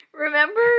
Remember